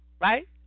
Right